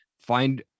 find